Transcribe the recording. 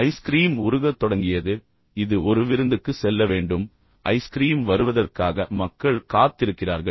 ice cream உருகத் தொடங்கியது இது ஒரு விருந்துக்கு செல்ல வேண்டும் ஐஸ்கிரீம் வருவதற்காக மக்கள் காத்திருக்கிறார்கள்